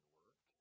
work